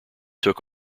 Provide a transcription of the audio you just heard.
took